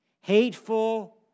hateful